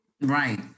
Right